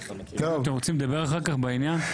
אתם רוצים לדבר אחר כך בעניין?